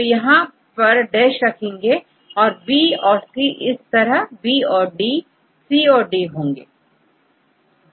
तो यदि यहां पर डैश रखें और बी और सीइसी तरह बी और डी C और डी होंगे